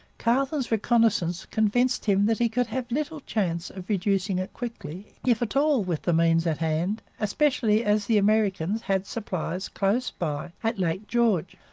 carleton's reconnaissance convinced him that he could have little chance of reducing it quickly, if at all, with the means at hand, especially as the americans had supplies close by at lake george,